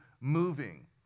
moving